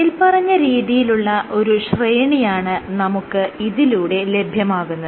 മേല്പറഞ്ഞ രീതിയിലുള്ള ഒരു ശ്രേണിയാണ് നമുക്ക് ഇതിലൂടെ ലഭ്യമാകുന്നത്